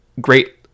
great